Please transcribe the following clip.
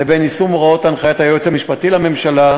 לבין יישום הוראות הנחיית היועץ המשפטי לממשלה,